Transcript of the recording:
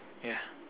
yeah